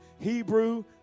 Hebrew